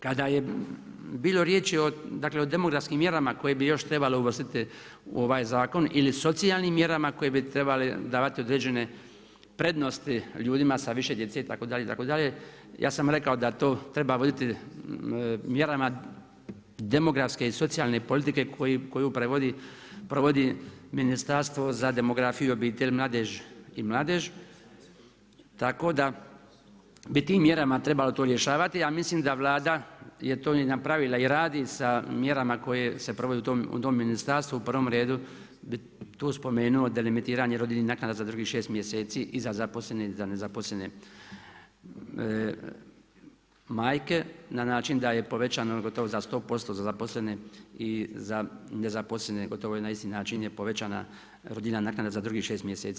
Kada je bilo riječi dakle o demografskim mjerama koje bi još trebalo uvrstiti u ovaj zakon, ili socijalnim mjerama koje bi trebali davati određene prednosti ljudima sa više djece itd., itd., ja sam rekao da to treba voditi mjerama demografske i socijalne politike koju provodi Ministarstvo za demografiju i obitelj i mladež, tako da bi tim mjerama trebalo to rješavati, a mislim da Vlada je to i napravila i radi sa mjerama koje se provode u tom ministarstvu, u prvom redu bi tu spomenuo delimitiranje rodnih naknada za drugih 6 mjeseci i za zaposlene i za nezaposlene majke na način da je povećano gotovo za 100% za zaposlene i za nezaposlene gotovo na isti način je povećana rodiljina naknada za drugih 6 mjeseci.